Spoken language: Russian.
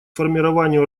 формированию